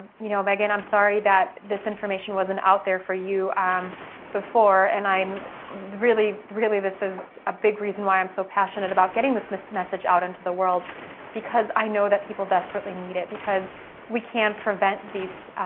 you know, megan, i'm sorry that this information wasn't out there for you before and i'm really, really this is a big reason why i'm so passionate about getting this this message out into the world because i know that people desperately need it, because we can prevent these